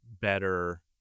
better